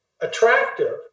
attractive